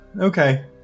Okay